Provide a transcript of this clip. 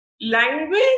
Language